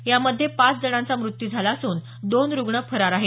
यामध्ये पाच जणांचा मृत्यू झाला असून दोन रुग्ण फरार आहेत